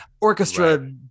Orchestra